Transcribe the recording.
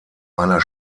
einer